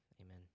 Amen